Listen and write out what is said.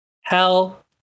Hell